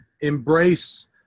embrace